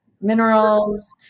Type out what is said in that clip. Minerals